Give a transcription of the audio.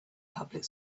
public